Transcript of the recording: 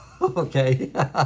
okay